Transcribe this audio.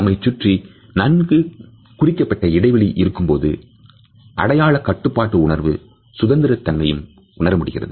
நம்மைச் சுற்றி நன்கு குறிக்கப்பட்டஇடைவெளி இருக்கும் போது அடையாள கட்டுப்பாட்டு உணர்வும் சுதந்திரத் தன்மையும் உணரலாம்